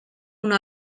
una